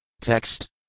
Text